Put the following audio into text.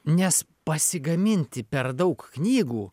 nes pasigaminti per daug knygų